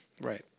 Right